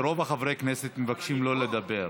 ורוב חברי הכנסת מבקשים לא לדבר.